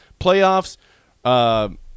Playoffs